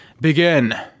Begin